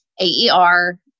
AER